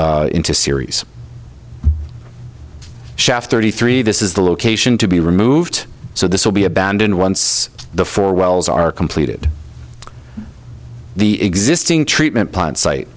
into series shaft thirty three this is the location to be removed so this will be abandoned once the four wells are completed the existing treatment plant site